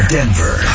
Denver